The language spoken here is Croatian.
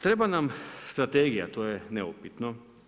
Treba nam strategija, to je neupitno.